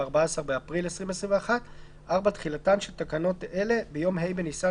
(14 באפריל 2021)". תחילה 4. תחילתן של תקנות אלה ביום ה' בניסן